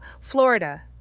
Florida